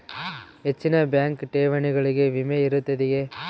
ಹೆಚ್ಚಿನ ಬ್ಯಾಂಕ್ ಠೇವಣಿಗಳಿಗೆ ವಿಮೆ ಇರುತ್ತದೆಯೆ?